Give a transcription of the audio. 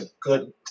good